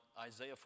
Isaiah